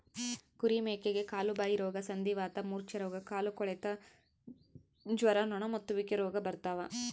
ಕುರಿ ಮೇಕೆಗೆ ಕಾಲುಬಾಯಿರೋಗ ಸಂಧಿವಾತ ಮೂರ್ಛೆರೋಗ ಕಾಲುಕೊಳೆತ ಜ್ವರ ನೊಣಮುತ್ತುವಿಕೆ ರೋಗ ಬರ್ತಾವ